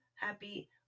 happy